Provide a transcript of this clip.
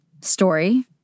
story